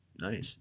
nice